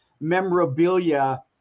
memorabilia